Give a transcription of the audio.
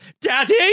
Daddy